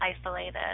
isolated